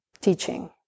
teaching